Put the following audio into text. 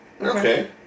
Okay